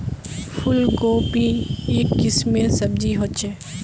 फूल कोबी एक किस्मेर सब्जी ह छे